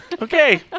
Okay